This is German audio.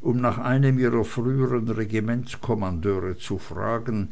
um nach einem ihrer früheren regimentskommandeure zu fragen